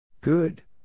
Good